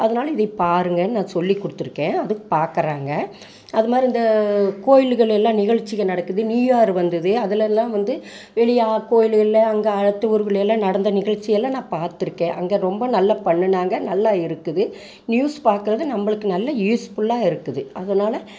அதனால இதை பாருங்கன் நான் சொல்லி கொடுத்துருக்கேன் அதுவும் பார்க்கறாங்க அது மாதிரி இந்த கோயில்கள்லயெல்லாம் நிகழ்ச்சிகள் நடக்குது நியூயர் வந்தது அதுலெல்லாம் வந்து வெளியே கோயில்களில் அங்கே அடுத்த ஊர்களில் எல்லாம் நடந்த நிகழ்ச்சி எல்லாம் நான் பார்த்துருக்கன் அங்கே ரொம்ப நல்லா பண்ணுனாங்க நல்லா இருக்குது நியூஸ் பார்க்குறது நம்மளுக்கு நல்ல யூஸ்ஃபுல்லாக இருக்குது அதனால